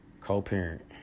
Co-parent